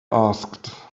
asked